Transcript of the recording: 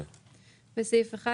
זו בעצם הסתייגות ששוב,